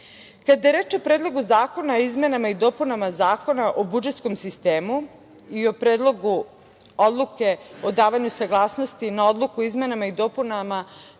je reč o Predlogu zakona o izmenama i dopunama Zakona o budžetskom sistemu i o Predlogu odluke o davanju saglasnosti na odluku o izmenama i dopunama